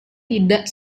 tidak